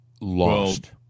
lost